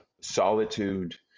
solitude